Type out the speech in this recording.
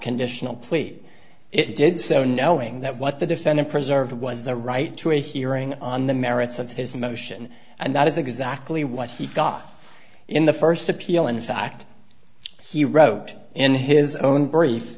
conditional plea it did so knowing that what the defendant preserved was the right to a hearing on the merits of his motion and that is exactly what he got in the first appeal in fact he wrote in his own brief